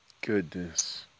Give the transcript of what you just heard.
Goodness